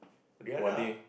what day